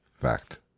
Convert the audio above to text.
Fact